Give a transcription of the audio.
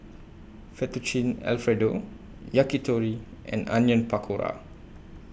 Fettuccine Alfredo Yakitori and Onion Pakora